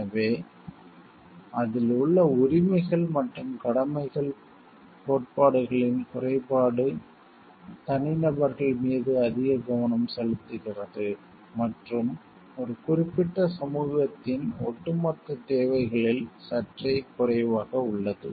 எனவே அதில் உள்ள உரிமைகள் மற்றும் கடமைகள் கோட்பாடுகளின் குறைபாடு தனிநபர்கள் மீது அதிக கவனம் செலுத்துகிறது மற்றும் ஒரு குறிப்பிட்ட சமூகத்தின் ஒட்டுமொத்த தேவைகளில் சற்றே குறைவாக உள்ளது